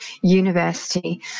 university